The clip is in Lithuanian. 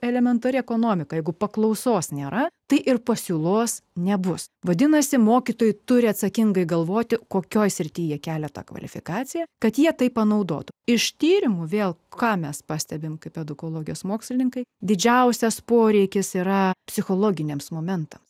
elementari ekonomika jeigu paklausos nėra tai ir pasiūlos nebus vadinasi mokytojai turi atsakingai galvoti kokioje srityje keletą kvalifikaciją kad jie tai panaudotų ištyrimui vėl ką mes pastebime kaip edukologijos mokslininkai didžiausias poreikis yra psichologiniams momentams